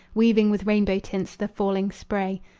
weaving with rainbow tints the falling spray.